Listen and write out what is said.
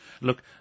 Look